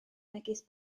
megis